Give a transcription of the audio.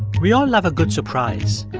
we all love a good surprise.